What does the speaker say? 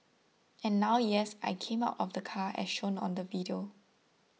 and now yes I came out of the car as shown on the video